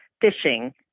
fishing